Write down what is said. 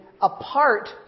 apart